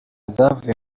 zavuye